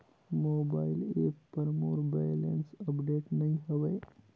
mobile app पर मोर balance update नई हवे